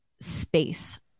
space